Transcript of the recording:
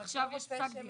עכשיו יש פסק דין.